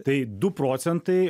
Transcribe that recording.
tai du procentai